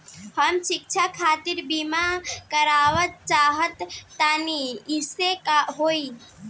हम शिक्षा खातिर बीमा करावल चाहऽ तनि कइसे होई?